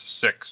six